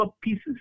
pieces